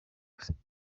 guseka